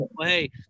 hey